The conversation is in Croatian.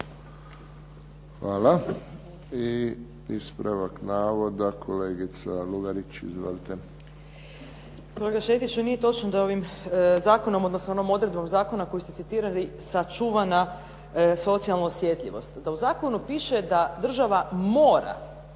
Hvala. I ispravak navoda, kolegica Lugarić. Izvolite. **Lugarić, Marija (SDP)** Kolega Šetiću, nije točno da ovim zakonom, odnosno onom odredbom zakona koji ste citirali sačuvana socijalna osjetljivost. Da u zakonu piše da država mora